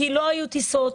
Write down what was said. כי לא היו טיסות.